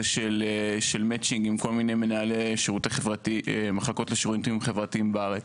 של מצ'ינג עם כל מיני מנהלי מחלקות לשירותים חברתיים בארץ,